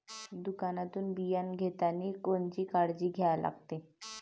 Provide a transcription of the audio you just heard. दुकानातून बियानं घेतानी कोनची काळजी घ्या लागते?